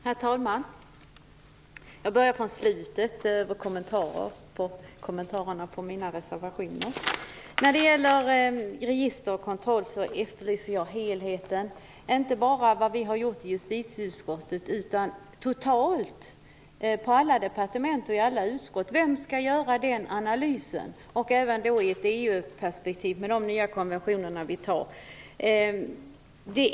Herr talman! Jag börjar med de kommentarer som avslutningsvis gjordes på mina reservationer. När det gäller detta med register och kontroll efterlyser jag helheten. Det gäller då inte bara vad vi i justitieutskottet har gjort utan vad som totalt sett har gjorts, på alla departement och i alla utskott. Vem skall göra den analysen? Det gäller även i ett EU perspektiv och de nya konventioner som vi antar.